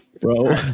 bro